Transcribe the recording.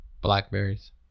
blackberries